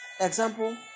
Example